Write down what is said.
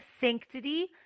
sanctity